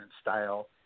style